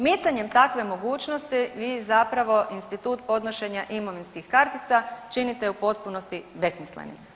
Micanjem takve mogućnosti vi zapravo institut podnošenje imovinskih kartica činite u potpunosti besmislenim.